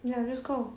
ya just go